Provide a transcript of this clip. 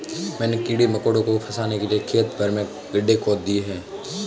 मैंने कीड़े मकोड़ों को फसाने के लिए खेत भर में गड्ढे खोद दिए हैं